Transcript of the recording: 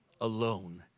alone